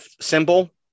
symbol